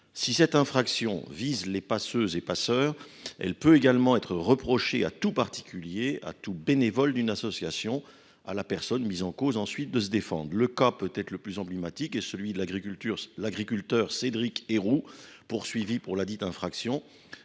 Si cette infraction vise les passeurs et passeuses, elle peut également être imputée à tout particulier, à tout bénévole d’une association, à qui il reviendra alors de se défendre. Le cas sans doute le plus emblématique est celui de l’agriculteur Cédric Herrou, poursuivi pour ladite infraction.